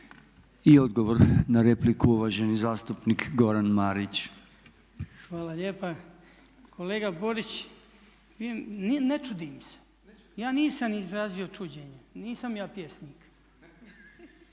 I odgovor na repliku uvaženi zastupnik Goran Marić. **Marić, Goran (HDZ)** Hvala lijepa. Kolega Borić, ne čudim se, ja nisam izrazio čuđenje, nisam ja pjesnik.